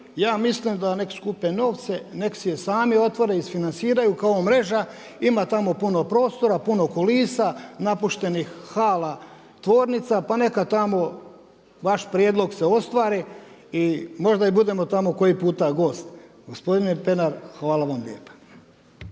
ja mislim da nek skupe novce, nek si je sami otvore, isfinanciraju kao Mreža. Ima tamo puno prostora, puno kulisa, napuštenih hala, tvornica, pa neka tamo vaš prijedlog se ostvari i možda i budemo tamo koji puta gost. Gospodine Pernar, hvala vam lijepa.